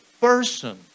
Person